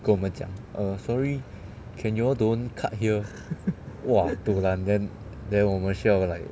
跟我们讲 err sorry can you all don't cut here !wah! dulan then then 我们需要 like